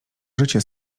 życie